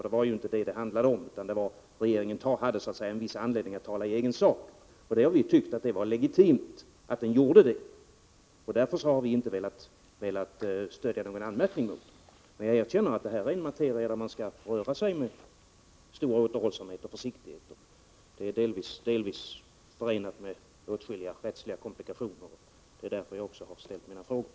Det var ju inte detta som det handlade om, utan regeringen hade en viss anledning att tala i egen sak. Vi har tyckt att det var legitimt att regeringen gjorde detta, varför vi inte har velat rikta någon anmärkning mot regeringen. Jag erkänner emellertid att det här är en materia som man skall behandla med stor återhållsamhet och försiktighet, eftersom det hela delvis är förenat med åtskilliga rättsliga komplikationer. Detta är också anledningen till att jag har ställt mina frågor.